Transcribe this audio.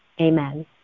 Amen